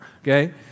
okay